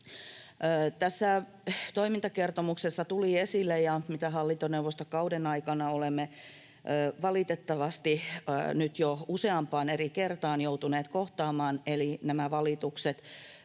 Tässä toimintakertomuksessa tuli esille se, mitä hallintoneuvostokauden aikana olemme valitettavasti nyt jo useampaan eri kertaan joutuneet kohtaamaan, eli nämä valitukset